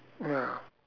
well